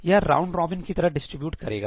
यह round robin की तरह डिस्ट्रीब्यूट करेगा